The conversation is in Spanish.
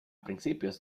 principios